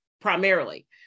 primarily